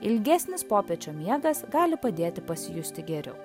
ilgesnis popiečio miegas gali padėti pasijusti geriau